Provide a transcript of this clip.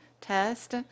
test